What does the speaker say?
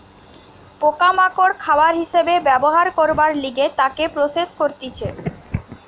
পোকা মাকড় খাবার হিসাবে ব্যবহার করবার লিগে তাকে প্রসেস করতিছে